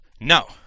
no